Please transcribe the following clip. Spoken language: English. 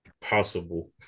possible